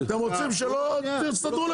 שאני הייתי באירוע --- אבל הוא צודק,